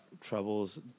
troubles